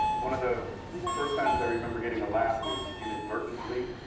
one of the first time i remember getting a laugh was inadvertently.